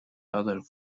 other